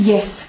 Yes